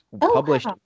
published